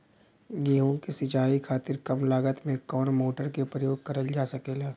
गेहूँ के सिचाई खातीर कम लागत मे कवन मोटर के प्रयोग करल जा सकेला?